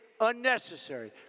unnecessary